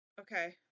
Okay